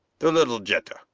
the little jetta.